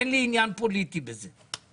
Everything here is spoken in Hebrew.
אין לי עניין פוליטי בזה.